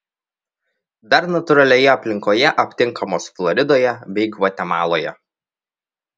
dar natūralioje aplinkoje aptinkamos floridoje bei gvatemaloje